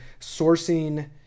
sourcing